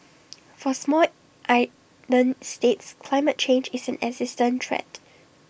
for small island states climate change is an existential threat